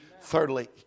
Thirdly